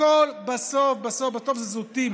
הכול בסוף בסוף זה זוטות.